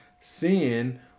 sin